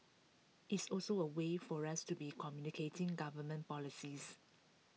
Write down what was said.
it's also A way for us to be communicating government policies